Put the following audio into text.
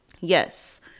yes